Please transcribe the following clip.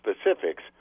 specifics